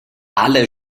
alle